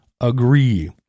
agree